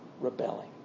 rebelling